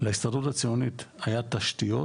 להסתדרות הציונית היה תשתיות